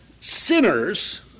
sinners